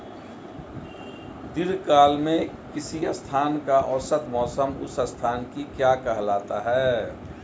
दीर्घकाल में किसी स्थान का औसत मौसम उस स्थान की क्या कहलाता है?